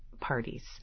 parties